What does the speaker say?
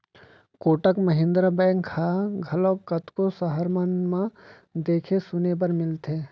Kotak Mahindra bank ह घलोक कतको सहर मन म देखे सुने बर मिलथे